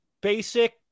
basic